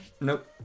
Nope